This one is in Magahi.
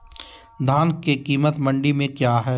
धान के कीमत मंडी में क्या है?